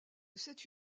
cette